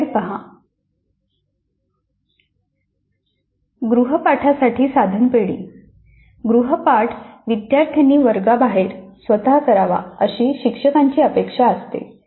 गृहपाठासाठी साधन पेढी गृहपाठ विद्यार्थ्यांनी वर्गाबाहेर स्वतः करावा अशी शिक्षकांची अपेक्षा असते